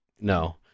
no